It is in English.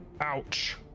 Ouch